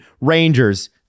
Rangers